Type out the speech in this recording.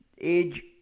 age